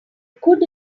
could